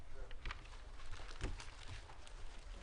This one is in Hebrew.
בשעה 14:04.